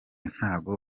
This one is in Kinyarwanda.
ntago